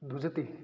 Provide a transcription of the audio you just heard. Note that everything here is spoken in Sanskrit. दुजति